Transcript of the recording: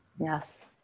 Yes